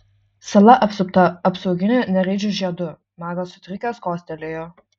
sala apsupta apsauginiu nereidžių žiedu magas sutrikęs kostelėjo